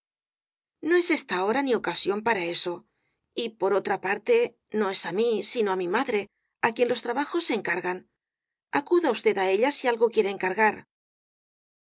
no es esta hora ni ocasión para eso y pol o la parte no es á mí sino á mi madre á quien los trabajos se encargan acuda usted á ella si algo quiere encargar